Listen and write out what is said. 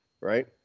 right